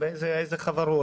איזה חברות?